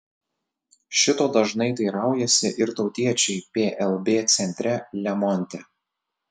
šito dažnai teiraujasi ir tautiečiai plb centre lemonte